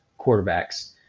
quarterbacks